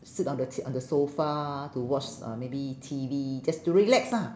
sit on the T on the sofa to watch uh maybe T_V just to relax lah